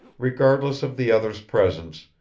regardless of the others' presence,